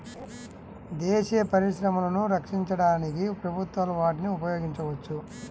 దేశీయ పరిశ్రమలను రక్షించడానికి ప్రభుత్వాలు వాటిని ఉపయోగించవచ్చు